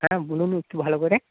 হ্যাঁ বলুন একটু ভালো করে